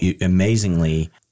amazingly